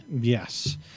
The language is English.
Yes